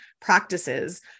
practices